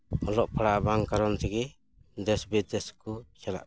ᱚᱞᱚᱜ ᱯᱟᱲᱦᱟᱜ ᱵᱟᱝ ᱠᱟᱨᱚᱱ ᱛᱮᱜᱮ ᱫᱮᱥᱼᱵᱤᱫᱮᱥ ᱠᱚ ᱪᱟᱞᱟᱜ ᱠᱟᱱᱟ